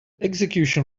execution